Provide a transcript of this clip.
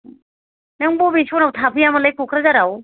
नों बबे सनआव थाफैया मोनलाय क'क्राझाराव